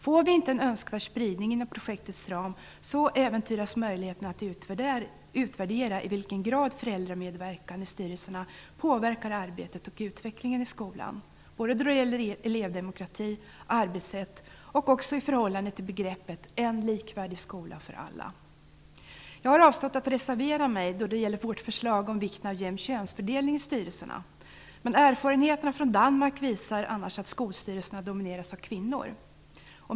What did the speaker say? Får vi inte en önskvärd spridning inom projektets ram äventyras möjligheterna att utvärdera i vilken grad föräldramedverkan i styrelserna påverkar arbetet och utvecklingen i skolan, både vad gäller elevdemokrati och arbetssätt och i förhållande till begreppet "en likvärdig skola för alla". Jag har avstått från att reservera mig då det gäller vårt förslag om vikten av jämn könsfördelning i styrelserna. Erfarenheterna från Danmark visar annars att skolstyrelserna domineras av kvinnor.